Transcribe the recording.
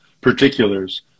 particulars